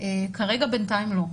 כרגע בינתיים לא.